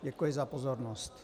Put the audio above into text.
Děkuji za pozornost.